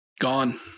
Gone